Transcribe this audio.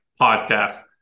Podcast